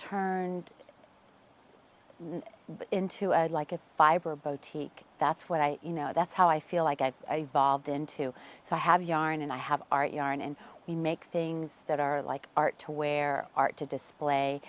turned into a like a fiber botti that's what i you know that's how i feel like i've evolved into so i have yarn and i have our yarn and we make things that are like art to where art to display